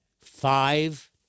five